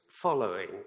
following